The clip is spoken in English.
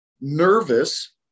nervous